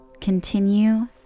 continue